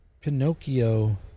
Pinocchio